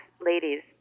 ladies